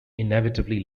inevitably